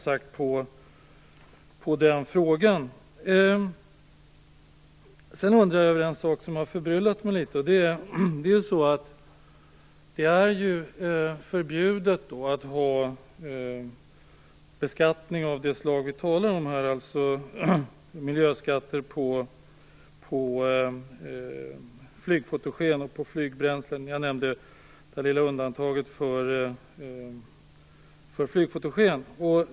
Sedan till en sak som har förbryllat mig litet. Det är ju förbjudet med beskattning av det slag som vi här talar om, dvs. miljöskatter på flygfotogen och flygbränsle. Jag nämnde det lilla undantaget för flygfotogen.